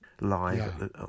live